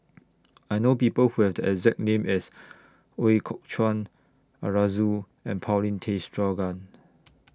I know People Who Have The exact name as Ooi Kok Chuen Arasu and Paulin Tay Straughan